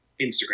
Instagram